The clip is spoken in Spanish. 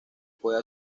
puede